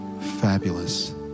Fabulous